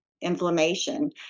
inflammation